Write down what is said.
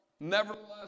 Nevertheless